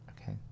Okay